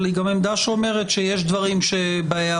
אבל היא גם עמדה שאומרת שיש דברים בהערות